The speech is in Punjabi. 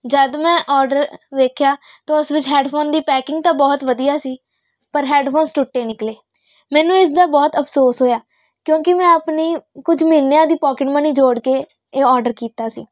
ਜਦੋਂ ਮੈਂ ਔਡਰ ਦੇਖਿਆ ਤਾਂ ਉਸ ਵਿੱਚ ਹੈੱਡਫੋਨ ਦੀ ਪੈਕਿੰਗ ਤਾਂ ਬਹੁਤ ਵਧੀਆ ਸੀ ਪਰ ਹੈੱਡਫੋਨਸ ਟੁੱਟੇ ਨਿਕਲੇ ਮੈਨੂੰ ਇਸ ਦਾ ਬਹੁਤ ਅਫ਼ਸੋਸ ਹੋਇਆ ਕਿਉਂਕਿ ਮੈਂ ਆਪਣੀ ਕੁਝ ਮਹੀਨਿਆਂ ਦੀ ਪੋਕਿਟ ਮਨੀ ਜੋੜ ਕੇ ਇਹ ਔਡਰ ਕੀਤਾ ਸੀ